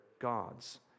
gods